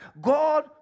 God